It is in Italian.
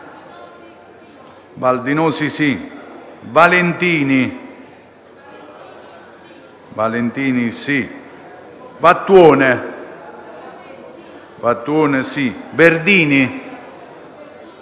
Valdinosi, Valentini, Vattuone, Verducci,